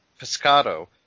pescado